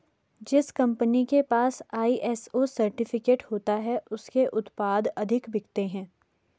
जिस कंपनी के पास आई.एस.ओ सर्टिफिकेट होता है उसके उत्पाद अधिक बिकते हैं